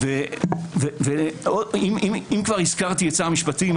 אם הזכרתי את שר המשפטים,